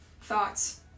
thoughts